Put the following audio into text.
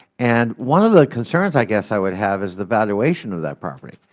and one of the concerns i guess i would have is the valuation of that property.